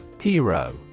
Hero